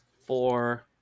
four